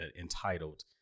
entitled